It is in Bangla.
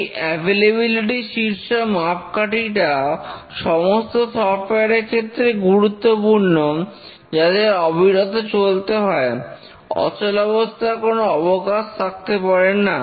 এই অ্যাভেলেবেলিটি শীর্ষক মাপকাঠিটা সমস্ত সফটওয়্যার এর ক্ষেত্রে গুরুত্বপূর্ণ যাদের অবিরত চলতে হয় অচলাবস্থার কোন অবকাশ থাকতে পারে না